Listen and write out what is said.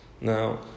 Now